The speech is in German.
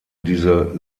diese